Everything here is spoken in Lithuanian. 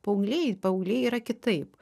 paaugliai paaugliai yra kitaip